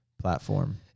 platform